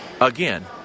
Again